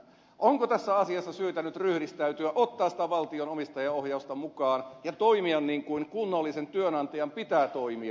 onko tässä asiassa syytä nyt ryhdistäytyä ottaa sitä valtion omistajaohjausta mukaan ja toimia niin kuin kunnollisen työnantajan pitää toimia